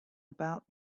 about